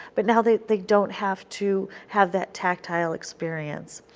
but now they they don't have to have that tactile experience.